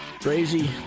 Crazy